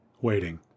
waiting